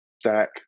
stack